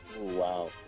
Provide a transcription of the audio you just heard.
Wow